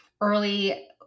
early